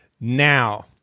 now